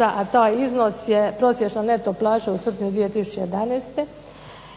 a taj iznos je prosječna neto plaća u srpnju 2011.,